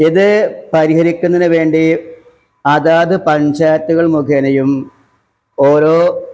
ഇത് പരിഹരിക്കുന്നതിന് വേണ്ടി അതാത് പഞ്ചായത്തുകൾ മുഖേനയും ഓരോ